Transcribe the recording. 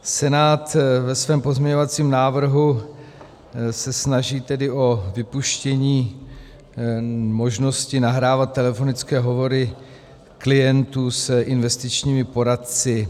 Senát ve svém pozměňovacím návrhu se snaží tedy o vypuštění možnosti nahrávat telefonické hovory klientů s investičními poradci.